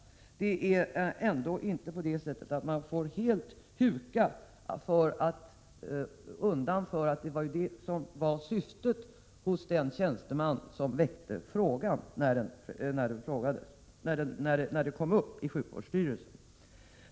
Man får ändå inte helt huka för att det var detta som var syftet när tjänstemannen väckte frågan i sjukvårdsstyrelsen.